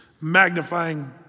Magnifying